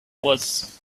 was